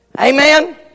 Amen